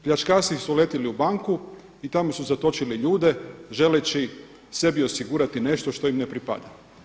Pljačkaši su uletjeli u banku i tamo su zatočili ljude želeći sebi osigurati nešto što im ne pripada.